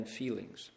feelings